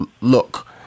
Look